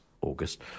August